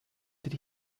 did